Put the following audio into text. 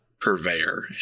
purveyor